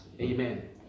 Amen